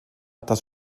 das